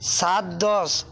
ସାତ ଦଶ